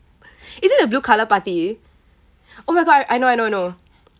is it the blue colour party oh my god I know I know I know